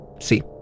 See